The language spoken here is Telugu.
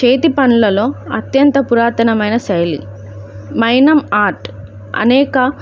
చేతి పనులలో అత్యంత పురాతనమైన శైలి మైనం ఆర్ట్ అనేక